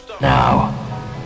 Now